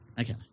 Okay